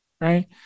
right